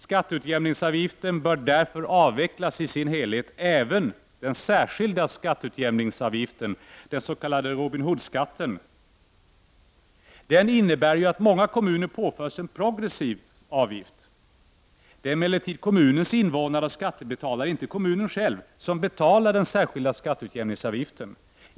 Skatteutjämningsavgiften bör därför avvecklas i sin helhet, även den särskilda skatteutjämningsavgiften, den s.k. Robin Hood-skatten. Den innebär ju att många kommuner påförs en progressiv avgift. Det är emellertid kommunens invånare och skattebetalare, inte kommunen själv, som betalar den särskilda skatteutjämningsavgiften.